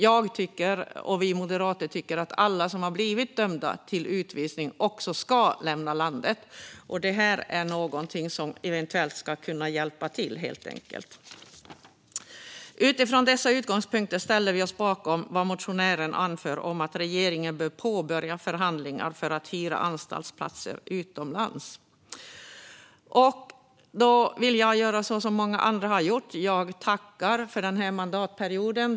Jag och vi moderater tycker att alla som har blivit dömda till utvisning också ska lämna landet. Det här är något som eventuellt ska kunna hjälpa till. Utifrån dessa utgångspunkter ställer vi oss bakom vad motionärerna anför om att regeringen bör påbörja förhandlingar för att hyra anstaltsplatser utomlands. Jag vill göra som många andra. Jag tackar för den här mandatperioden.